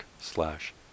slash